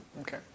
Okay